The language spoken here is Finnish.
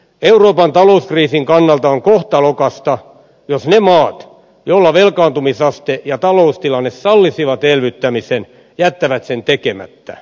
euroopan talouskriisin kannalta on kohtalokasta jos ne maat joilla velkaantumisaste ja taloustilanne sallisivat elvyttämisen jättävät sen tekemättä